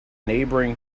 neighboring